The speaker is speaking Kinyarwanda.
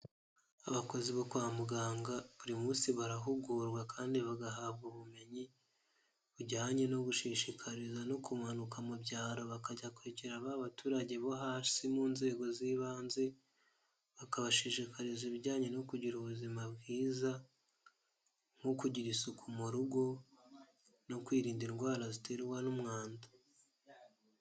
Abakozi bo kwa muganga, buri munsi barahugurwa kandi bagahabwa ubumenyi, bujyanye no gushishikariza no kumanuka mu byaro bakajya kwegera baturage bo hasi mu nzego z'ibanze, bakabashishikariza ibijyanye no kugira ubuzima bwiza, nko kugira isuku mu rugo no kwirinda indwara ziterwa n'umwanda.